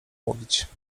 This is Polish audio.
mówić